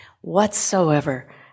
whatsoever